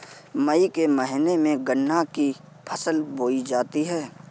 मई के महीने में गन्ना की फसल बोई जाती है